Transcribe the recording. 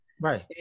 Right